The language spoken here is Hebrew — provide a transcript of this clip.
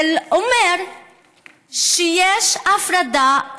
זה אומר שיש הפרדה.